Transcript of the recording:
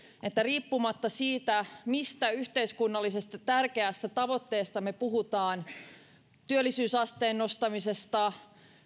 että riippumatta siitä mistä yhteiskunnallisesta tärkeästä tavoitteesta me puhumme työllisyysasteen nostamisesta